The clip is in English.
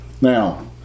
Now